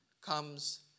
comes